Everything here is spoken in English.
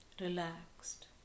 relaxed